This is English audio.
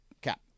Cap